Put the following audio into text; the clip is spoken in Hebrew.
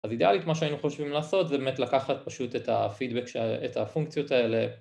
אז אידיאלית מה שהיינו חושבים לעשות זה באמת לקחת פשוט את הפידבק ש.. את הפונקציות האלה